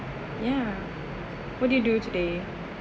yeah what do you do today